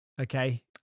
okay